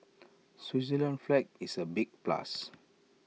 Switzerland's flag is A big plus